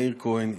מאיר כהן,